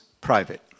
private